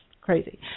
crazy